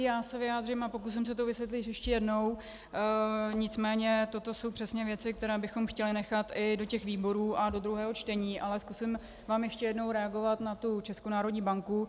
Já se vyjádřím a pokusím se to vysvětlit ještě jednou, nicméně toto jsou přesně věci, které bychom chtěli nechat i do výborů a do druhého čtení, ale zkusím ještě jednou reagovat na Českou národní banku.